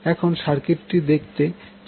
এখন সার্কিটটি দেখতে চিত্রটির মতো হবে